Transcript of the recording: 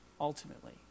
ultimately